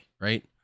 Right